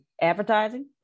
advertising